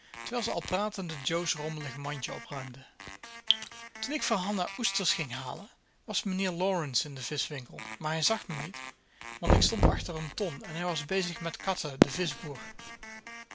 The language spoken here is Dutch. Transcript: terwijl ze al pratende jo's rommelig mandje opruimde toen ik voor hanna oesters ging halen was mijnheer laurence in den vischwinkel maar hij zag me niet want ik stond achter een ton en hij was bezig met cutter den vischboer